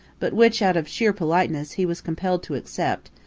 but which, out of sheer politeness, he was compelled to accept,